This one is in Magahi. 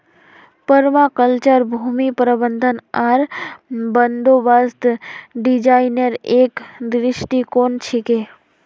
पर्माकल्चर भूमि प्रबंधन आर बंदोबस्त डिजाइनेर एक दृष्टिकोण छिके